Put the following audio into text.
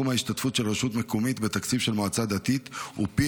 סכום ההשתתפות של רשות מקומית בתקציב של מועצה דתית הוא פי